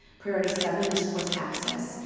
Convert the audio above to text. priority seven is course access.